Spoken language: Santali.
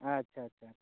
ᱟᱪᱪᱷᱟ ᱟᱪᱪᱷᱟ